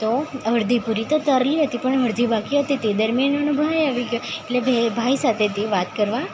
તો અડધી પૂરી તો તળી હતી પણ અડધી બાકી હતી તે દરમ્યાન ભાઈ આવી ગયો એટલે ભાઈ સાથે તે વાત કરવા